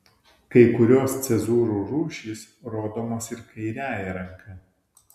kai kurios cezūrų rūšys rodomos ir kairiąja ranka